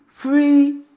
free